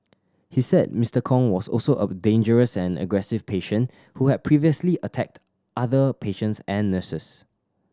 he said Mister Kong was also a dangerous and aggressive patient who had previously attacked other patients and nurses